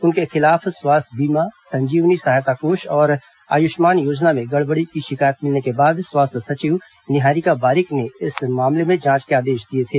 उनके खिलाफ स्वास्थ्य बीमा संजीवनी सहायता कोष और आयुष्मान योजना में गड़बड़ी की शिकायत मिलने के बाद स्वास्थ्य सचिव निहारिका बारीक ने इस मामले में जांच के आदेश दिए थे